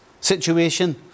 situation